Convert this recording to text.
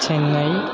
Chennai